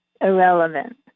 Irrelevant